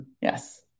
Yes